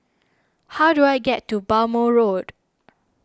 how do I get to Bhamo Road